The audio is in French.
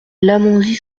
lamonzie